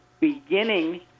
beginning